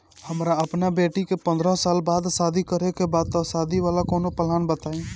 हमरा अपना बेटी के पंद्रह साल बाद शादी करे के बा त शादी वाला कऊनो प्लान बताई?